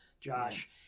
Josh